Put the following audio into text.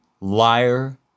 liar